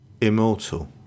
immortal